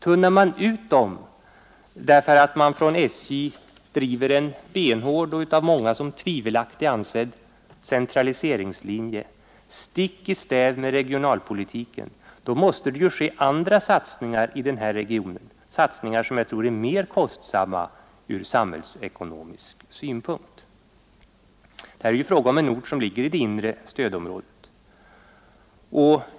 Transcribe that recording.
Tunnar man ut dem därför att SJ driver en benhård och av många såsom tvivelaktig ansedd centraliseringslinje, stick i stäv med regionalpolitiken, måste det göras andra satsningar i denna region — satsningar som blir mer kostsamma ur samhällsekonomisk synpunkt. Här är det fråga om en ort som ligger i det inre stödområdet.